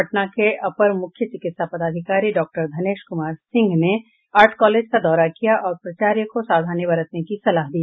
पटना के अपर मुख्य चिकित्सा पदाधिकारी डॉक्टर धनेश कुमार सिंह ने आर्ट कॉलेज का दौरा किया और प्राचार्य को सावधानी बरतने की सलाह दी